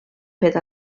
fet